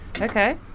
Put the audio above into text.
Okay